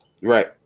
Right